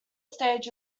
stage